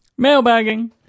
Mailbagging